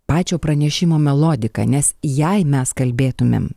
pačio pranešimo melodiką nes jei mes kalbėtumėm